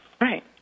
Right